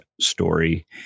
story